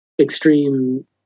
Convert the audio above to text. extreme